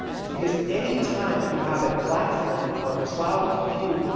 it's because anytime that you have a platform, or a cloud compute,